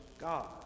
God